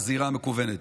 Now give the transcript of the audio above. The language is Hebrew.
בזירה המקוונת,